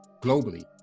globally